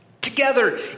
together